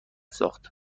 ساخت